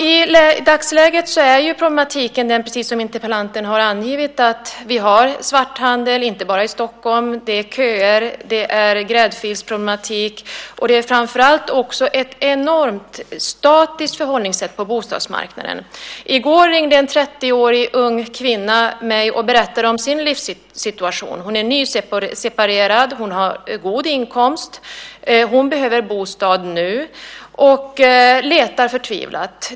I dagsläget är problematiken precis den som interpellanten har angivet. Vi har svarthandel, och inte bara i Stockholm. Det är köer, gräddfilsproblematik och framför allt ett enormt statiskt förhållningssätt på bostadsmarknaden. I går ringde en 30-årig ung kvinna mig och berättade om sin livssituation. Hon är nyseparerad, och hon har god inkomst. Hon behöver bostad nu och letar förtvivlat.